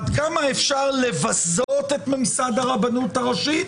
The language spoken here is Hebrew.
עד כמה אפשר לבזות את ממסד הרבנות הראשית